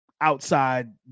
outside